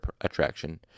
attraction